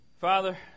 Father